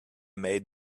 made